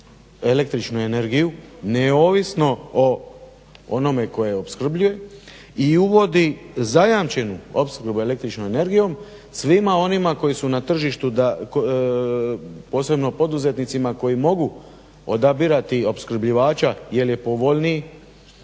električnu energiju neovisno o onome tko je opskrbljuje i uvodi zajamčenu opskrbu električnom energijom svima onima koji su na tržištu da, posebno poduzetnicima koji mogu odabirati opskrbljivača jer je povoljniji,